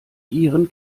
ihren